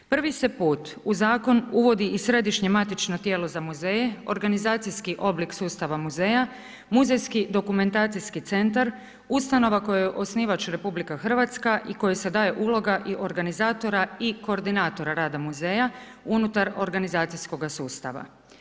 Prvi se put u zakon uvodi i središnje matično tijelo za muzeje, organizacijski oblik sustava muzeja, Muzejski dokumentacijski centar ustanova kojoj je osnivač RH i kojoj se daje uloga i organizatora i koordinatora rada muzeja unutar organizacijskoga sustava.